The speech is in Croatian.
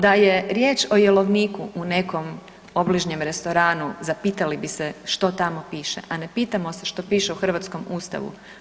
Da je riječ o jelovniku u nekom obližnjem restoranu, zapitali biste se što tamo piše, a ne pitamo se što piše u hrvatskom Ustavu.